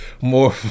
more